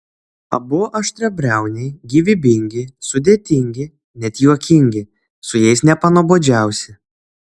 abu aštriabriauniai gyvybingi sudėtingi net juokingi su jais nepanuobodžiausi